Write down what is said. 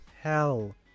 hell